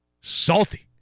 Salty